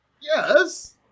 yes